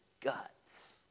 guts